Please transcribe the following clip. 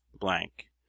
blank